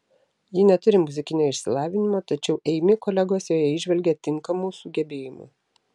ji neturi muzikinio išsilavinimo tačiau eimi kolegos joje įžvelgia tinkamų sugebėjimų